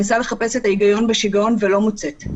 אני מנסה לחפש את ההיגיון בשיגעון ולא מוצאת.